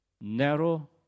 narrow